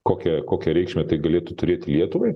kokią kokią reikšmę tai galėtų turėti lietuvai